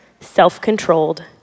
self-controlled